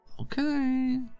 Okay